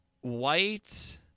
white